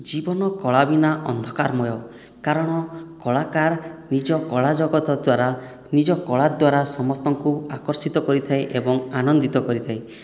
ଜୀବନ କଳା ବିନା ଅନ୍ଧକାରମୟ କାରଣ କଳାକାର ନିଜ କଳା ଜଗତ ଦ୍ଵାରା ନିଜ କଳା ଦ୍ଵାରା ସମସ୍ତଙ୍କୁ ଆକର୍ଷିତ କରିଥାଏ ଏବଂ ଆନନ୍ଦିତ କରିଥାଏ